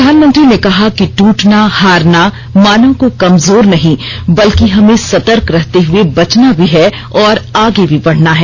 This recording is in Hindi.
प्रधानमंत्री ने कहा कि ट्रटना हारना मानव को कमजोर नहीं बल्कि हमें सतर्क रहते हुए बचना भी है और आगे भी बढना है